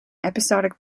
episodic